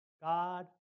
God